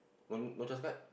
no no C_H_A_S card